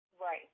Right